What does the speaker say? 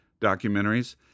documentaries